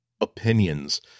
opinions